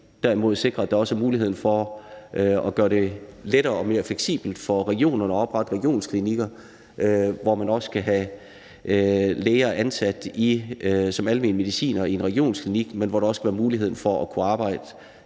Derimod skal vi også sikre, at det bliver lettere og mere fleksibelt for regionerne at oprette regionsklinikker, så man kan have læger ansat som almen medicinere i en regionsklinik, men hvor de samtidig også skal have mulighed for at arbejde